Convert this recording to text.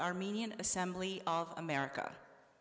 armenian assembly of america